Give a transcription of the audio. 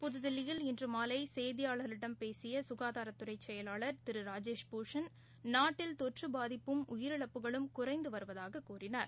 புத்தில்லியில் இன்றுமாவைசெய்தியாளர்களிடம் பேசியசுகாதாரத்துறைசெயலாளர் திருராஜேஷ் பூஷண் நாட்டில் தொற்றுபாதிப்பும் உயிரிழப்புகளும் குறைந்துவருவதாகக் கூறினார்